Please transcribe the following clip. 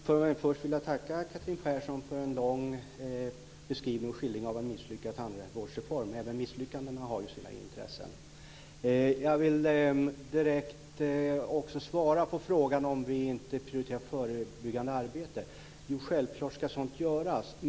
Herr talman! Först vill jag tacka Catherine Persson för en lång skildring av en misslyckad tandvårdsreform. Även misslyckanden kan ju vara av intresse. Jag vill direkt också svara på frågan om vi inte prioriterar förebyggande arbete. Jo, självklart ska sådant göras.